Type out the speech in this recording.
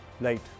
late